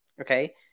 okay